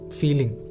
feeling